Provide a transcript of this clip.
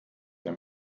der